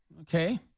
okay